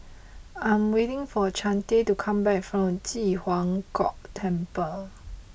I am waiting for Chante to come back from Ji Huang Kok Temple